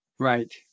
Right